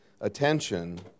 attention